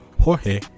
Jorge